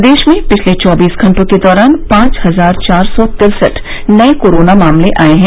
प्रदेश में पिछले चौबीस घंटों के दौरान पांच हजार चार सौ तिरसठ नये कोरोना मामले आए हैं